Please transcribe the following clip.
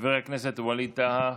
חבר הכנסת ווליד טאהא,